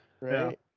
Right